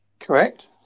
Correct